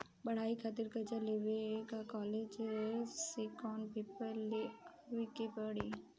पढ़ाई खातिर कर्जा लेवे ला कॉलेज से कौन पेपर ले आवे के पड़ी?